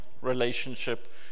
relationship